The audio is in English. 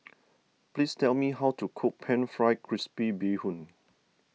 please tell me how to cook Pan Fried Crispy Bee Hoon